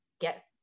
get